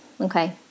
Okay